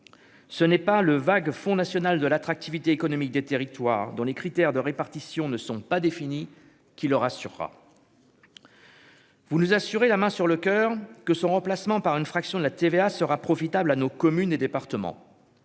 ce n'est pas le vague Font national de l'attractivité économique des territoires dont les critères de répartition ne sont pas définies qui leur assurera. Vous nous assurer la main sur le coeur que son remplacement par une fraction de la TVA sera profitable à nos communes et départements